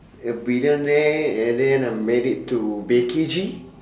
a billionaire and then uh married to becky G